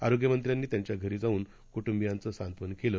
आरोग्यमंत्र्यांनीत्यांच्याघरीजाऊनकुटुंबियांचंसांत्वनकेलं